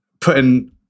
putting